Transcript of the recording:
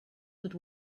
with